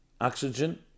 oxygen